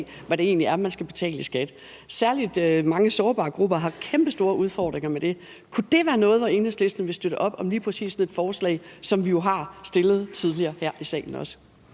hvad det egentlig er, man skal betale i skat – særlig mange sårbare grupper har kæmpestore udfordringer med det. Kunne det være noget, hvor Enhedslisten vil støtte op om lige præcis sådan et forslag, som vi jo også har stillet tidligere her i salen?